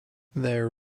their